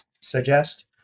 suggest